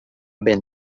benn